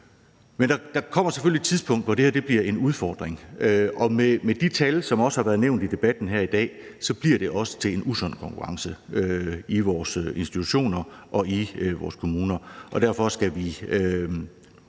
men der kommer selvfølgelig et tidspunkt, hvor det her bliver en udfordring. Og med de tal, som også har været nævnt i debatten her i dag, bliver det også til en usund konkurrence i vores institutioner og i vores kommuner, og derfor skal vi